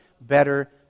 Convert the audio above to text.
better